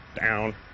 down